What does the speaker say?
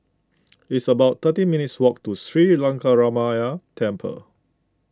it's about thirteen minutes' walk to Sri Lankaramaya Temple